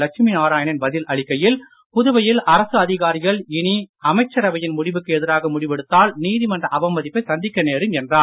லட்சுமி நாராயணன் பதில் அளிக்கையில் புதுவையில் அரசு அதிகாரிகள் இனி அமைச்சரவையின் முடிவுக்கு எதிராக முடிவெடுத்தால் நீதிமன்ற அவமதிப்பை சந்திக்க நேரும் என்றார்